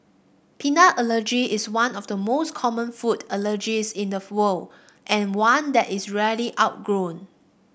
peanut allergy is one of the most common food allergies in the world and one that is rarely outgrown